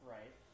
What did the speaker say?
Right